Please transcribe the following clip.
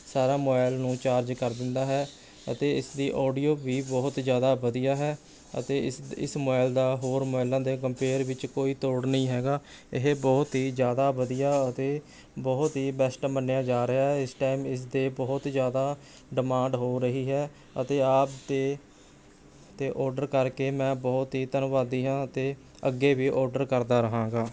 ਸਾਰਾ ਮੋਬਾਈਲ ਨੂੰ ਚਾਰਜ ਕਰ ਦਿੰਦਾ ਹੈ ਅਤੇ ਇਸਦੀ ਆਡੀਓ ਵੀ ਬਹੁਤ ਜ਼ਿਆਦਾ ਵਧੀਆ ਹੈ ਅਤੇ ਇਸ ਇਸ ਮੋਬਾਈਲ ਦਾ ਹੋਰ ਮੋਬਾਇਲਾਂ ਦੇ ਕੰਪੇਅਰ ਵਿੱਚ ਕੋਈ ਤੋੜ ਨਹੀਂ ਹੈ ਇਹ ਬਹੁਤ ਹੀ ਜ਼ਿਆਦਾ ਵਧੀਆ ਅਤੇ ਬਹੁਤ ਹੀ ਬੈਸਟ ਮੰਨਿਆ ਜਾ ਰਿਹਾ ਹੈ ਇਸ ਟਾਈਮ ਇਸ ਦੀ ਬਹੁਤ ਜ਼ਿਆਦਾ ਡਿਮਾਂਡ ਹੋ ਰਹੀ ਹੈ ਅਤੇ ਐਪ 'ਤੇ 'ਤੇ ਆਰਡਰ ਕਰਕੇ ਮੈਂ ਬਹੁਤ ਹੀ ਧੰਨਵਾਦੀ ਹਾਂ ਅਤੇ ਅੱਗੇ ਵੀ ਆਰਡਰ ਕਰਦਾ ਰਹਾਂਗਾ